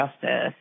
justice